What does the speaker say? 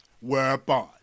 Whereupon